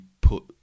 put